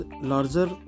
larger